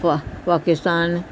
ਪਾ ਪਾਕਿਸਤਾਨ